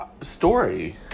Story